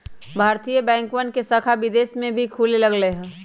भारतीय बैंकवन के शाखा विदेश में भी खुले लग लय है